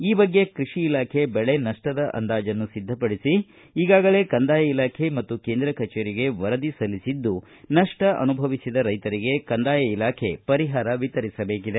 ಈ ಬಗ್ಗೆ ಕೃಷಿ ಇಲಾಖೆ ದೆಳೆ ನಷ್ಪದ ಅಂದಾಜನ್ನು ಸಿದ್ದಪಡಿಸಿ ಈಗಾಗಲೇ ಕಂದಾಯ ಇಲಾಖೆ ಮತ್ತು ಕೇಂದ್ರ ಕಚೇರಿಗೆ ವರದಿ ಸಲ್ಲಿಸಿದ್ದು ನಷ್ಟ ಅನುಭವಿಸಿದ ರೈತರಿಗೆ ಕಂದಾಯ ಇಲಾಖೆ ಪರಿಹಾರ ವಿತರಿಸಬೇಕಿದೆ